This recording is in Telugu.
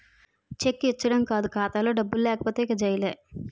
చెక్ ఇచ్చీడం కాదు ఖాతాలో డబ్బులు లేకపోతే ఇంక జైలే